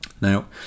Now